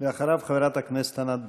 ואחריו, חברת הכנסת ענת ברקו.